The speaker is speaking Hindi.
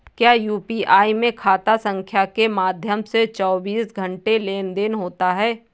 क्या यू.पी.आई में खाता संख्या के माध्यम से चौबीस घंटे लेनदन होता है?